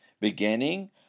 beginning